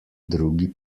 drugi